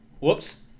Whoops